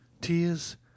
tears